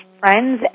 friends